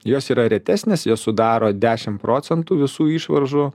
jos yra retesnės jos sudaro dešim procentų visų išvaržų